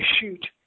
shoot